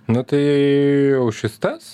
nu tai jau šis tas